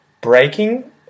breaking